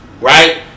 right